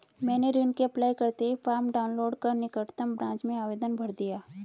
मैंने ऋण के अप्लाई करते ही फार्म डाऊनलोड कर निकटम ब्रांच में आवेदन भर दिया